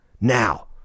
Now